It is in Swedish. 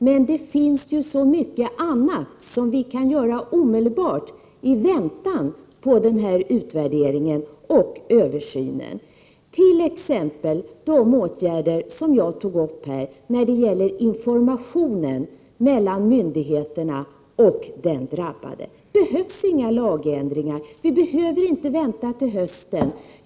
Men det finns ju så mycket annat vi kan göra omedelbart, i väntan på denna utvärdering och översyn, t.ex. de åtgärder jag tog upp när de gäller informationen mellan myndigheterna och den drabbade. Det behövs inga lagändringar. Vi behöver inte vänta till hösten.